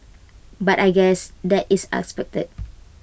but I guess that is expected